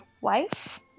wife